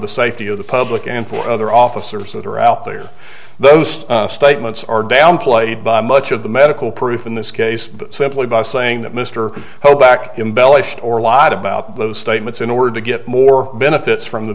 the safety of the public and for other officers that are out there those statements are downplayed by much of the medical proof in this case simply by saying that mr hoback embellished or a lot about those statements in order to get more benefits from the